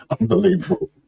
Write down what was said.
Unbelievable